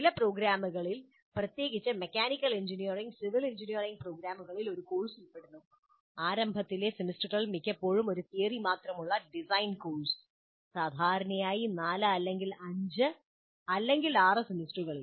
ചില പ്രോഗ്രാമുകളിൽ പ്രത്യേകിച്ച് മെക്കാനിക്കൽ എഞ്ചിനീയറിംഗ് സിവിൽ എഞ്ചിനീയറിംഗ് പ്രോഗ്രാമുകളിൽ ഒരു കോഴ്സ് ഉൾപ്പെടുന്നു ആരംഭത്തിലെ സെമസ്റ്ററുകളിൽ മിക്കപ്പോഴും ഒരു തിയറി മാത്രമുള്ള ഡിസൈൻ കോഴ്സ് സാധാരണയായി 4 അല്ലെങ്കിൽ 5 അല്ലെങ്കിൽ 6 സെമസ്റ്ററുകളിൽ